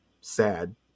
Sad